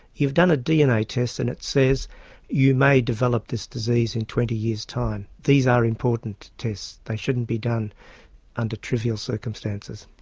you've done a dna test and it says you may develop this disease in twenty years time, these are important tests, they shouldn't be done under trivial circumstances.